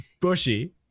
Bushy